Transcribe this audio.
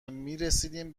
رسیدیم